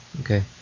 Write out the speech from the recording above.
Okay